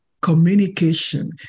communication